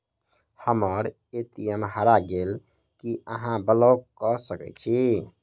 हम्मर ए.टी.एम हरा गेल की अहाँ ब्लॉक कऽ सकैत छी?